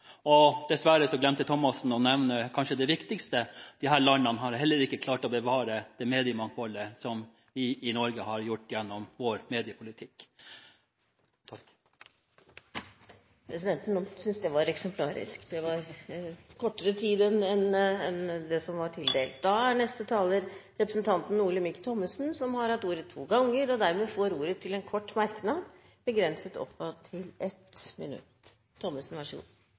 konkurranselov. Dessverre glemte Thommessen å nevne det kanskje viktigste: Disse landene har heller ikke klart å bevare det mediemangfoldet som vi i Norge har gjort gjennom vår mediepolitikk. Presidenten synes det var eksemplarisk – det var kortere tid enn det som var tildelt. Representanten Olemic Thommessen har hatt ordet to ganger og får dermed ordet til en kort merknad, begrenset til 1 minutt.